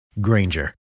Granger